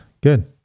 Good